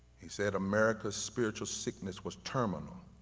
he said america's spiritual sickness was terminal